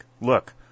Look